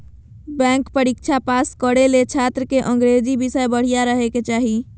bank परीक्षा pass करे ले छात्र के अंग्रेजी विषय बढ़िया रहे के चाही